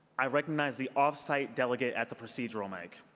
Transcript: i recognize the off-site delegate at the procedural mic.